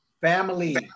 Family